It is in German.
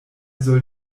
soll